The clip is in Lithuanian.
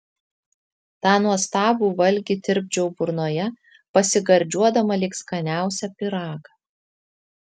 tą nuostabų valgį tirpdžiau burnoje pasigardžiuodama lyg skaniausią pyragą